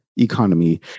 economy